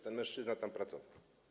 Ten mężczyzna tam pracował.